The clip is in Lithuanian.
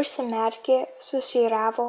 užsimerkė susvyravo